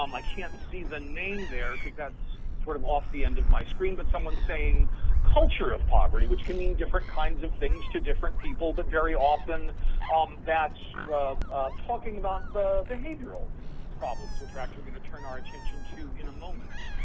um i can't see the name there because that's sort of um off the end of my screen, but someone's saying culture of poverty which can mean different kinds of things to different people, but very often um that's talking about the behavioral problems, which we're actually going to turn our attention to in a moment.